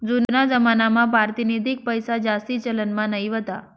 जूना जमानामा पारतिनिधिक पैसाजास्ती चलनमा नयी व्हता